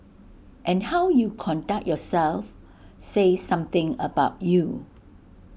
and how you conduct yourself say something about you